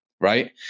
right